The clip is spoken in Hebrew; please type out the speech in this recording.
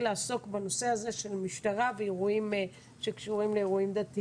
לעסוק בנושא הזה של משטרה ואירועים שקשורים לאירועים דתיים.